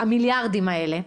המיליארדים האלה.